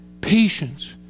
Patience